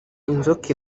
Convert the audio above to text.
inzoka